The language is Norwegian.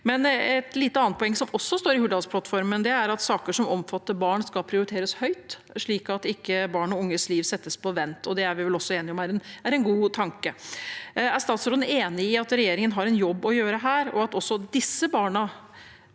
poeng som også står i Hurdalsplattformen, er at saker som omfatter barn, skal prioriteres høyt, slik at ikke barns og unges liv settes på vent. Det er vi vel også enige om er en god tanke. Er statsråden enig i at regjeringen har en jobb å gjøre her, og at også disse barnas